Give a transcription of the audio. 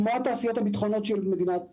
כמו התעשיות הביטחוניות של מדינת ישראל.